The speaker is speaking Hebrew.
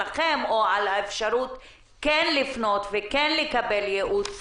שלכם או על האפשרות לפנות ולקבל ייעוץ